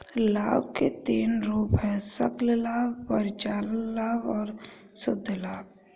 लाभ के तीन रूप हैं सकल लाभ, परिचालन लाभ और शुद्ध लाभ